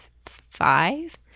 five